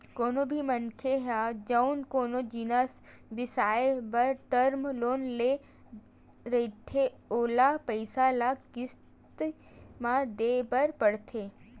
कोनो भी मनखे ह जउन कोनो जिनिस बिसाए बर टर्म लोन ले रहिथे ओला पइसा ल किस्ती म देय बर परथे